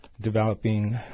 developing